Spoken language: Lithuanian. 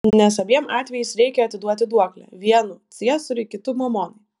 nes abiem atvejais reikia atiduoti duoklę vienu ciesoriui kitu mamonai